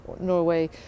Norway